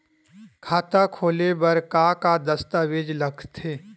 खाता खोले बर का का दस्तावेज लगथे?